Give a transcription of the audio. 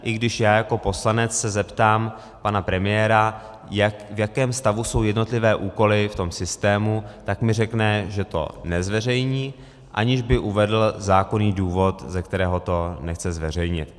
I když já jako poslanec se zeptám pana premiéra, v jakém stavu jsou jednotlivé úkoly v tom systému, tak mi řekne, že to nezveřejní, aniž by uvedl zákonný důvod, ze kterého to nechce zveřejnit.